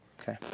Okay